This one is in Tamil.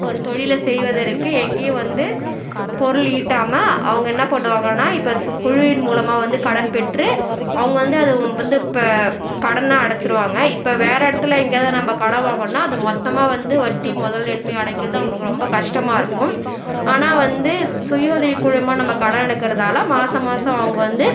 ஒரு தொழில செய்வதற்கு எங்கேயும் வந்து பொருள் ஈட்டாமல் அவங்க என்ன பண்ணுவாங்கனா இப்போ குழுவின் மூலமாக வந்து கடன் பெற்று அவங்க வந்து அதை வந்து இப்போ கடனை அடைச்சிருவாங்க இப்போ வேறு இடத்துல எங்கேயாவது நம்ப கடன் வாங்குனோம்னா அதை மொத்தமாக வந்து வட்டி முதல் எல்லாத்தையுமே அடைக்கிறது அவங்களுக்கு ரொம்ப கஷ்டமாக இருக்கும் ஆனால் வந்து சுய உதவிக்குழு மூலமாக நம்ப கடன் எடுக்குறதால் மாதம் மாதம் அவங்க வந்து